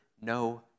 no